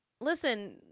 Listen